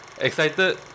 excited